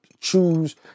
choose